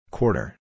Quarter